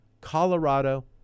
Colorado